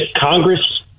Congress